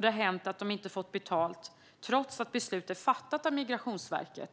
Det har hänt att man inte har fått betalt trots att beslut är fattat av Migrationsverket.